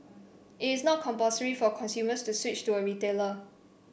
it is not compulsory for consumers to switch to a retailer